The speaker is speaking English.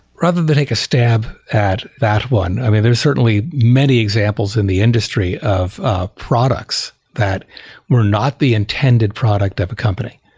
rather than to take a stab at that one, i mean, there certainly many examples in the industry of ah products that were not the intended product of a company.